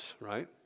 right